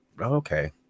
Okay